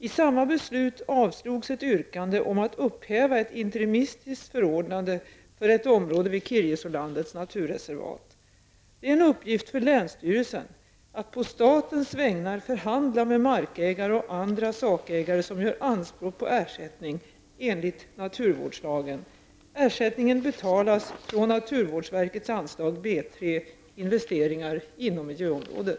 I Det är en uppgift för länsstyrelsen att på statens vägnar förhandla med markägare och andra sakägare som gör anspråk på ersättning enligt naturvårdslagen. Ersättningen betalas från naturvårdsverkets anslag B 3 Investeringar inom miljöområdet.